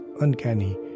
uncanny